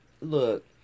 look